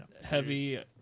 Heavy